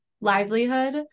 livelihood